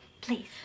Please